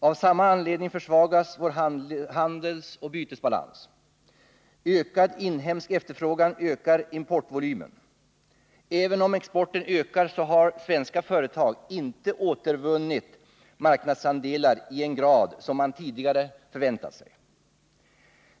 Av samma anledning försvagas vår handelsoch bytesbalans. Ökad inhemsk efterfrågan ökar importvolymen. Även om exporten ökar, så har svenska företag inte återvunnit marknadsandelar i en grad som man tidigare förväntade sig.